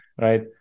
right